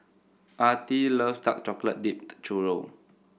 Artie loves Dark Chocolate Dipped Churro